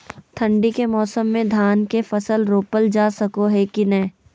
ठंडी के मौसम में धान के फसल रोपल जा सको है कि नय?